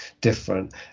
different